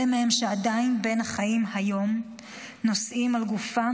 אלה מהם שעדיין בין החיים היום נושאים על גופם